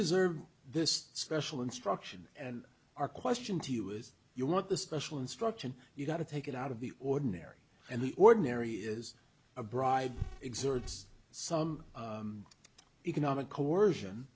deserve this special instruction and our question to you is you want the special instruction you've got to take it out of the ordinary and the ordinary is a bribe exerts some economic coercion